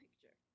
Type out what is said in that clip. picture